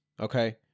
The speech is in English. okay